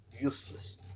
useless